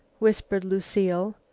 whispered lucile.